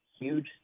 huge